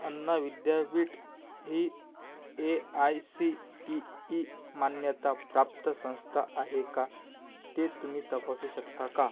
अन्ना विद्यापीठ ही A I C T E मान्यताप्राप्त संस्था आहे का ते तुम्ही तपासू शकता का